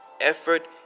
effort